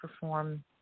perform